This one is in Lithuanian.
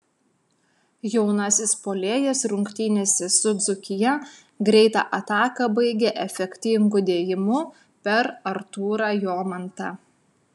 jaunasis puolėjas rungtynėse su dzūkija greitą ataką baigė efektingu dėjimu per artūrą jomantą